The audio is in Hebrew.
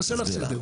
נעשה לך סדר.